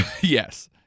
Yes